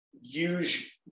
use